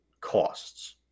costs